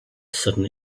sudden